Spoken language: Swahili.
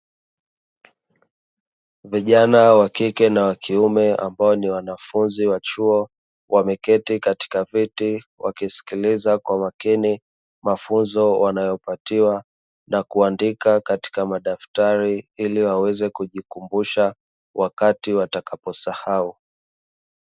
Vijana wa kike na wa kiume ambao ni wanafunzi wa chuo, wameketi katika viti wakisikiliza kwa makini mafunzo wanayopatiwa na kuandika katika madaftari, ili waweze kujikumbusha wakati watakaposahau.